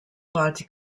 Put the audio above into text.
party